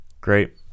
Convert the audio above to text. Great